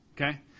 okay